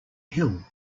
hill